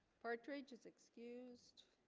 partridge is excused